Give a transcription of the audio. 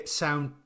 sound